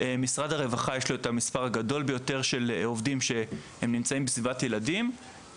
למשרד הרווחה יש את המספר הגדול ביותר של עובדים שנמצאים בסביבת ילדים,